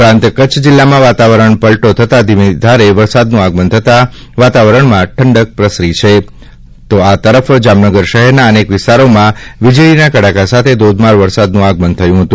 ઉપરાંત કચ્છ જિલ્લામાં વાતાવરણ પલટો થતાં ધીમીધારે વરસાદનું આગમન થતાં વાતાવરણમાં ઠંડક પ્રસરી છે તો આ તરફ જામનગર શહેરના અનેક વિસ્તારોમાં વીજળીના કડાકા સાથે ધોધમાર વરસાદનું આગમન થયું છે